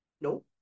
no